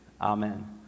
Amen